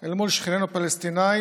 אל מול שכנינו הפלסטינים.